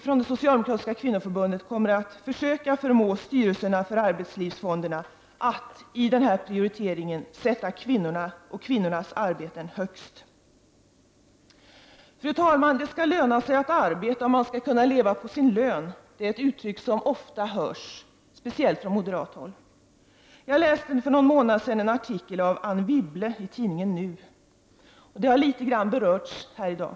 Från det socialdemokratiska kvinnoförbundet kommer vi att försöka förmå styrelserna för arbetslivsfonderna att prioritera kvinnor och kvinnors arbeten högst. Fru talman! Det skall löna sig att arbeta. Man skall kunna leva på sin lön. Det är uttryck som ofta hörs, särskilt från moderat håll. Jag läste för någon månad sedan en artikel av Anne Wibble i tidningen Nu. Den har litet grand berörts här i dag.